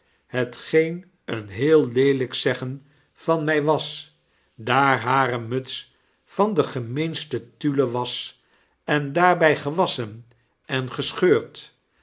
hetgeen een heel leeljjk zeggen van mfl was daar hare muts van de gemeenste tulle was en daarbjj gewasschen en gescheurd